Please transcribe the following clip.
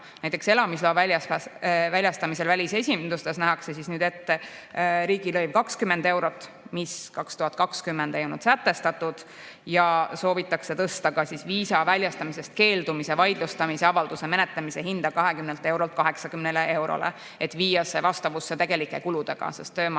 näiteks elamisloa väljastamisel välisesindustes nähakse nüüd ette riigilõiv 20 eurot, mis 2020 ei olnud sätestatud, ja soovitakse tõsta ka viisa väljastamisest keeldumise vaidlustamise avalduse menetlemise hinda 20 eurolt 80 eurole, et viia see vastavusse tegelike kuludega, sest töö